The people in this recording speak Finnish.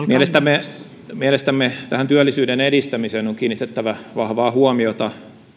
mielestämme mielestämme tähän työllisyyden edistämiseen on kiinnitettävä vahvaa huomiota